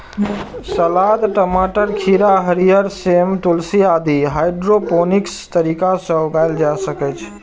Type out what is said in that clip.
सलाद, टमाटर, खीरा, हरियर सेम, तुलसी आदि हाइड्रोपोनिक्स तरीका सं उगाएल जा सकैए